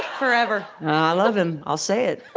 forever i love him, i'll say it